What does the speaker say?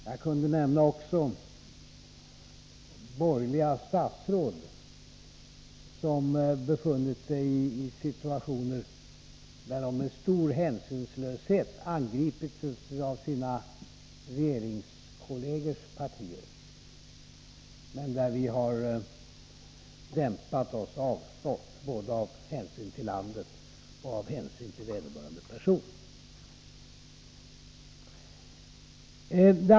Jag skulle också kunna nämna borgerliga statsråd som befunnit sig i situationer där de med stor hänsynslöshet angripits av sina regeringskollegers partier men där vi har dämpat oss och avstått, både av hänsyn till landet och av hänsyn till vederbörande person.